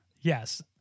Yes